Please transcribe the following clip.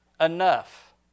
enough